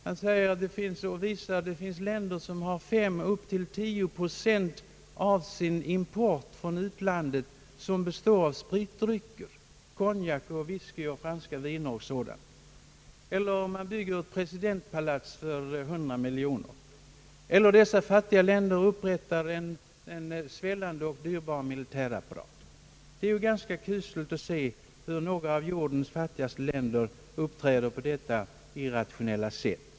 Han säger att det finns länder vilkas import från utlandet till 5—10 procent består av spritdrycker, konjak, wisky och franska viner och sådant, eller länder som bygger presidentpalats för 100 miljoner eller fattiga länder som upprättar en svällande och dyrbar militärapparat. Det är ganska tragiskt att se hur några av jordens fattigaste länder uppträder på detta irrationella sätt.